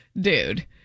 dude